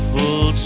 Full